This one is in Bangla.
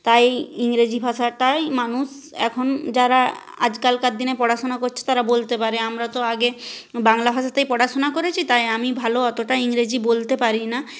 তাই ইংরেজি ভাষাটাই মানুষ এখন যারা আজকালকার দিনে পড়াশোনা করছে তারা বলতে পারে আমরা তো আগে বাংলা ভাষাতেই পড়াশোনা করেছি তাই আমি ভালো অতোটা ইংরেজি বলতে পারি না